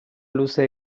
luze